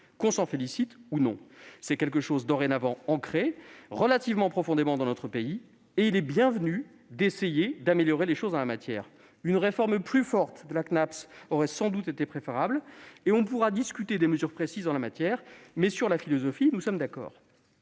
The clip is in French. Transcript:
l'on s'en félicite ou non, c'est quelque chose de dorénavant ancré relativement profondément dans notre pays et il est bienvenu d'essayer d'améliorer les choses en la matière. Une réforme plus forte du Cnaps aurait sans doute été préférable et l'on pourra discuter des mesures précises en la matière, mais, sur la philosophie, nous sommes d'accord.